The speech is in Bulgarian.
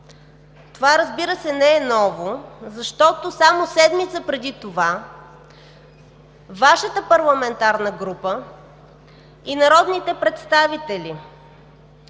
Това, разбира се, не е ново, защото само седмица преди това Вашата парламентарна група и народните представители